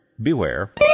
beware